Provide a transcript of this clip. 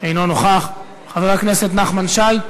אינו נוכח, חבר הכנסת נחמן שי,